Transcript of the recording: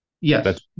Yes